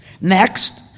Next